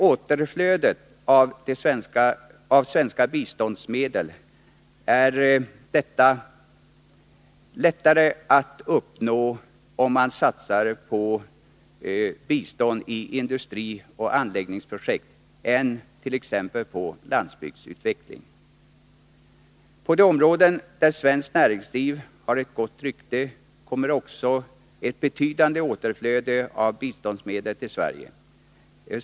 Återflödet av svenska biståndsmedel är lättare att uppnå, om man satsar på bistånd i industrioch anläggningsprojekt än t.ex. på landsbygdsutveckling. På de områden där svenskt näringsliv har ett gott rykte kommer också ett betydande återflöde av biståndsmedel till Sverige.